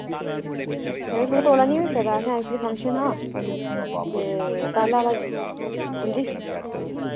थोह्ड़े तौला निं होई सकदा असें ऐक्चुअली फंक्शन हा ते पैह्ला आह्ला हांजी